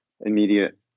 immediate